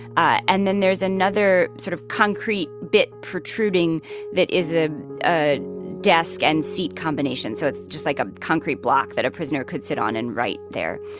ah and then there's another sort of concrete bit protruding that is ah a desk-and-seat combination. so it's just like a concrete block that a prisoner could sit on and write there.